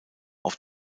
auf